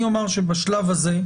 אני אומר שבשלב הזה,